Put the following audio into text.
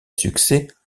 succès